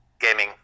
gaming